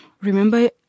remember